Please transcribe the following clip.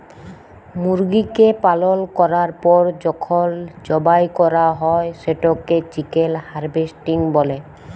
মুরগিকে পালল ক্যরার পর যখল জবাই ক্যরা হ্যয় সেটকে চিকেল হার্ভেস্টিং ব্যলে